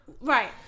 Right